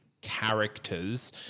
characters